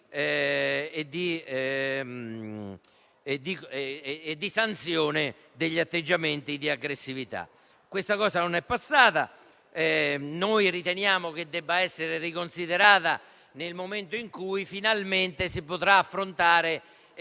e di sanzione degli atteggiamenti di aggressività? Questa proposta non è passata, ma noi riteniamo che debba essere riconsiderata nel momento in cui finalmente si potrà affrontare